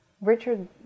Richard